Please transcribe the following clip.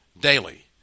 Daily